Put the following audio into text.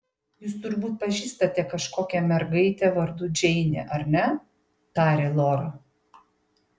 jūs turbūt pažįstate kažkokią mergaitę vardu džeinė ar ne tarė lora